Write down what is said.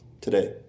today